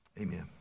Amen